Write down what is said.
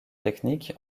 technique